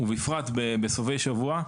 ובפרט בסופי שבוע,